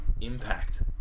impact